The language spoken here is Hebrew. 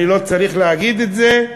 אני לא צריך להגיד את זה,